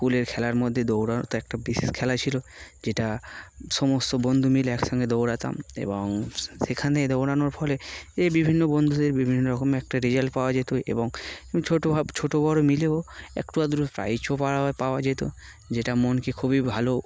স্কুলের খেলার মধ্যে দৌড়ানো তো একটা বিশেষ খেলা ছিল যেটা সমস্ত বন্ধু মিলে একসঙ্গে দৌড়াতাম এবং সেখানে দৌড়ানোর ফলে এই বিভিন্ন বন্ধুদের বিভিন্ন রকম একটা রেজাল্ট পাওয়া যেত এবং ছোটো ছোটো বড় মিলেও একটু আদর প্রাইজও পাা পাওয়া যেত যেটা মনকে খুবই ভালো